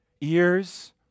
ears